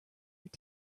your